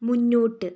മുന്നോട്ട്